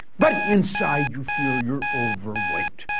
but inside, you feel you're overweight.